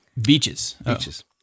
Beaches